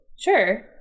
sure